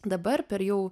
dabar per jau